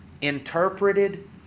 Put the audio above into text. interpreted